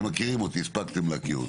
אתם מכירים אותי, הספקתם להכיר אותי,